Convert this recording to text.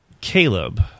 caleb